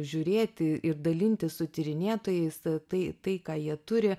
žiūrėti ir dalintis su tyrinėtojais tai tai ką jie turi